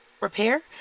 repair